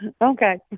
okay